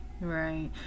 Right